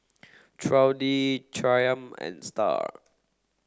Trudy Chaim and Star